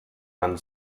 man